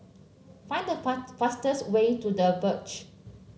find fast the fastest way to The Verge